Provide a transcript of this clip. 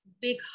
big